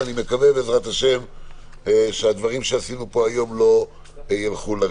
ואני מקווה בעזרת השם שהדברים שעשינו פה היום לא ילכו לריק.